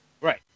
Right